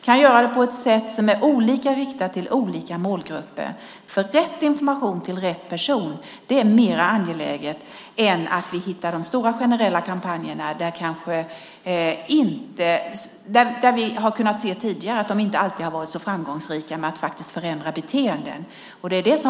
Den kan riktas på olika sätt till olika målgrupper. Rätt information till rätt person är mer angeläget än att vi hittar de stora generella kampanjerna som vi tidigare har sett inte alltid har varit så framgångsrika i fråga om att förändra beteenden.